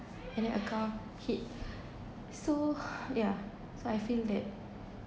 and then a car hit so yeah so I feel that